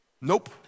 Nope